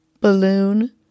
balloon